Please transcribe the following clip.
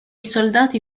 soldati